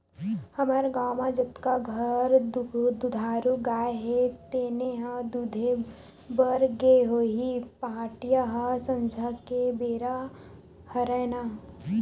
हमर गाँव म जतका घर दुधारू गाय हे तेने ल दुहे बर गे होही पहाटिया ह संझा के बेरा हरय ना